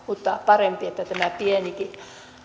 mutta parempi että tämä